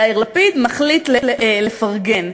יאיר לפיד מחליט לפרגן.